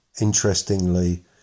Interestingly